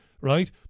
right